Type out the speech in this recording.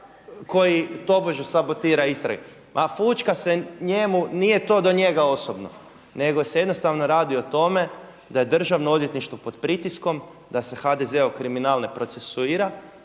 koji tobože sabotira istragu. Ma fućka se njemu, nije to do njega osobno, nego se jednostavno radi o tome da je Državno odvjetništvo pod pritiskom da se HDZ-ov kriminal ne procesuira.